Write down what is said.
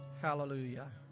Hallelujah